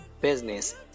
business